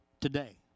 today